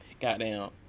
Goddamn